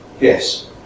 yes